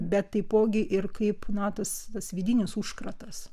bet taipogi ir kaip na tas tas vidinis užkratas